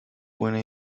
buena